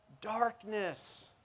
darkness